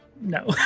No